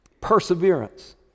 Perseverance